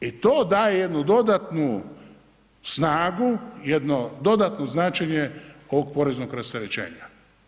I to daje jednu dodatnu snagu, jedno dodatno značenje ovog poreznog rasterećenja.